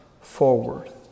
forward